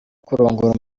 kurongora